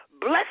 Bless